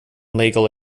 legal